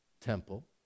temple